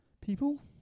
people